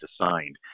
assigned